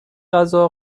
غذا